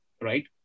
right